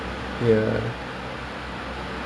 but I don't think they do it on top of housing though